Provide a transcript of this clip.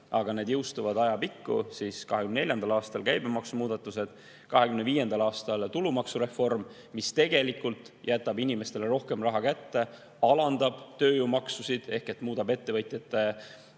aga need jõustuvad ajapikku, nii et 2024. aastal on käibemaksumuudatused, 2025. aastal on tulumaksureform, mis tegelikult jätab inimestele rohkem raha kätte, alandab tööjõumaksusid ehk muudab ettevõtjate